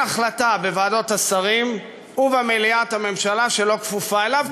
החלטה בוועדות השרים ובמליאת הממשלה שלא כפופה לו,